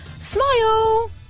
smile